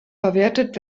verwertet